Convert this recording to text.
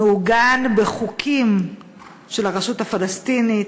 מעוגן בחוקים של הרשות הפלסטינית,